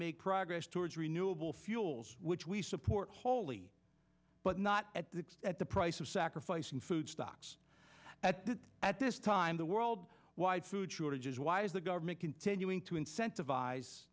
make progress towards renewable fuels which we support wholly but not at the at the price of sacrificing food stocks at the at this time the world wide food shortages why is the government continuing to incentiv